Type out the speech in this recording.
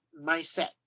mindset